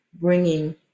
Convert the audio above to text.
bringing